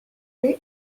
sea